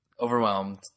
Overwhelmed